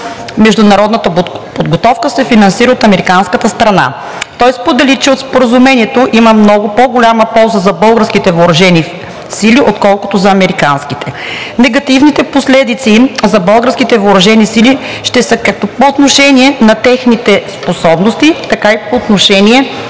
международната подготовка се финансира от американската страна. Той сподели, че от Споразумението има много по-голяма полза за българските въоръжени сили, отколкото за американските. Негативните последици за българските въоръжени сили ще са както по отношение на техните способности, така и по отношение